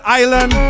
island